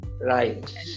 Right